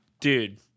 dude